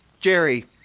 Jerry